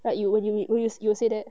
like you you you will say that